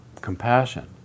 Compassion